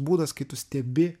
būdas kai tu stebi